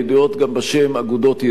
הידועות גם בשם "אגודות ידידות".